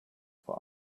for